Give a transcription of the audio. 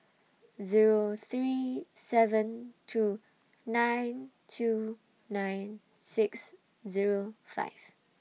Zero three seven two nine two nine six Zero five